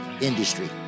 industry